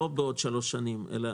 לא בעוד שלוש שנים אלא